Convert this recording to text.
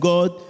God